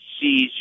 sees